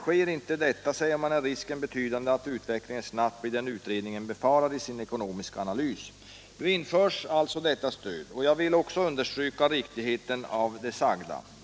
Sker inte detta är riskerna betydande att utvecklingen snabbt blir den utredningen befarar i sin ekonomiska analys.” Nu införs alltså detta stöd. Jag vill också understryka riktigheten av det sagda.